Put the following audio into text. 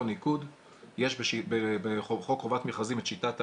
ניקוד יש בחוק חובת מכרזים את שיטת ההגרלה.